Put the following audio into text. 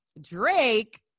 Drake